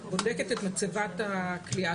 את בודקת את מצבת הכליאה,